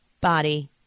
Body